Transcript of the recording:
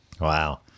Wow